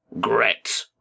Gret